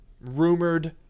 rumored